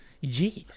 Yes